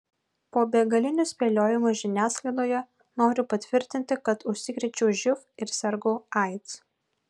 po begalinių spėliojimų žiniasklaidoje noriu patvirtinti kad užsikrėčiau živ ir sergu aids